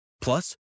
plus